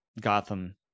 Gotham